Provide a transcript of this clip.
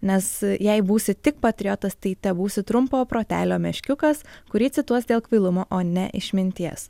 nes jei būsi tik patriotas tai tebūsi trumpo protelio meškiukas kurį cituos dėl kvailumo o ne išminties